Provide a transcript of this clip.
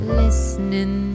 listening